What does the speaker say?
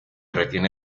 retiene